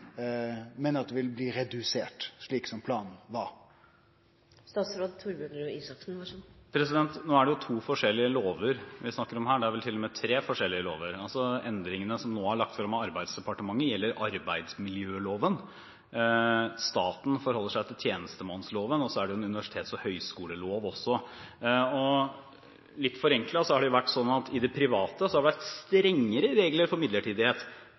men at det vil bli redusert, slik planen var? Nå snakker vi om tre forskjellige lover her: Endringene som nå er lagt frem av Arbeidsdepartementet, gjelder arbeidsmiljøloven, staten forholder seg til tjenestemannsloven og så er det en universitets- og høgskolelov også. Litt forenklet kan man si at det i det private har vært strengere regler for midlertidighet